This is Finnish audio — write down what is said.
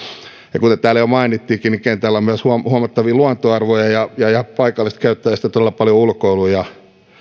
ja kuten täällä jo mainittiinkin niin kentällä on myös huomattavia luontoarvoja ja ja paikalliset käyttävät sitä todella paljon ulkoiluun